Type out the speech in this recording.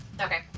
okay